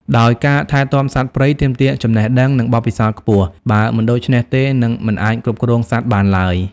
ដោយការថែទាំសត្វព្រៃទាមទារចំណេះដឹង និងបទពិសោធន៍ខ្ពស់ បើមិនដូច្នោះទេនិងមិនអាចគ្រប់គ្រងសត្វបានឡើយ។